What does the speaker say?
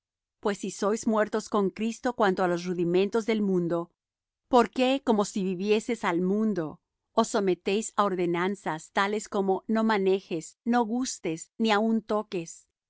pues si sois muertos con cristo cuanto á los rudimentos del mundo por qué como si vivieseis al mundo os sometéis á ordenanzas tales como no manejes ni gustes ni aun toques